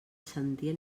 sentia